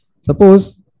Suppose